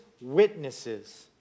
witnesses